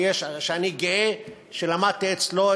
שאני גאה שלמדתי אצלו,